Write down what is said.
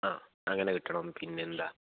ആ അങ്ങനെ കിട്ടണം പിന്നെയെന്താ